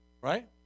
Right